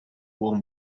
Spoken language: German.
uhr